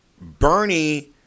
Bernie